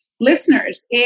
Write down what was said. listeners